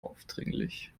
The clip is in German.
aufdringlich